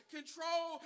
Control